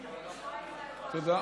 תודה.